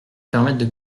permettent